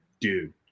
dude